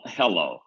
hello